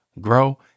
grow